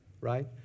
right